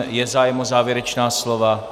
Je zájem o závěrečná slova?